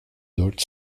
dört